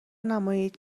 نمایید